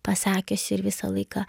pasakiusi ir visą laiką